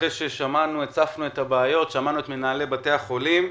אחרי שהצפנו את הבעיות ושמענו את מנהלי בתי החולים,